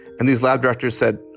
and these lab directors said,